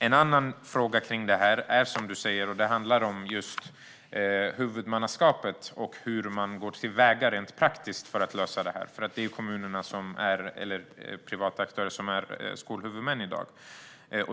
En annan fråga i det här handlar som utbildningsministern säger om huvudmannaskapet och hur man går till väga rent praktiskt för att lösa det. Det är ju kommunerna eller privata aktörer som är skolhuvudmän i dag.